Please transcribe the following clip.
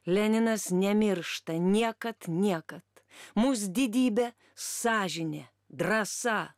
leninas nemiršta niekad niekad mūs didybė sąžinė drąsa